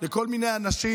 לכל מיני אנשים